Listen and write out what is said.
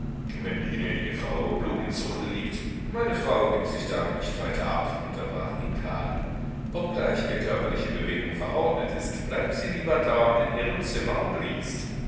wenn die gnädige frau die blumenzucht liebt meine frau gibt sich damit nicht weiter ab unterbrach ihn karl obgleich ihr körperliche bewegung verordnet ist bleibt sie lieber dauernd in ihrem zimmer und liest